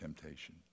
temptation